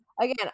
again